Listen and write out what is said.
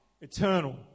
eternal